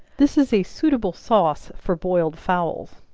this is a suitable sauce for boiled fowls.